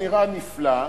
נראה נפלא,